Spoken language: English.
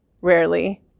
rarely